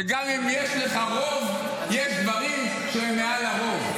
שגם אם יש לך רוב, יש דברים שהם מעל הרוב.